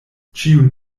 ĉiun